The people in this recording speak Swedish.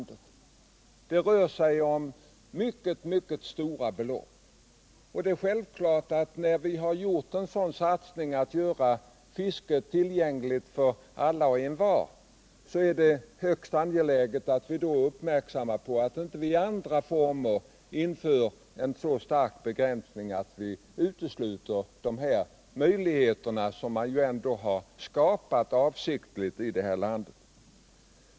Det rör sig om mycket stora belopp. Och när vi har gjort en sådan satsning för att göra fisket tillgängligt för alla, är det givetvis högst angeläget att se till att vi inte i andra former inför en så stark begränsning att vi omintetgör de möjligheter som samhället avsiktligt har skapat.